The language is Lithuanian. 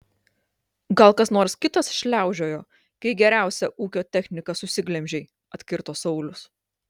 gal kas nors kitas šliaužiojo kai geriausią ūkio techniką susiglemžei atkirto saulius